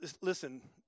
Listen